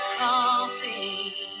coffee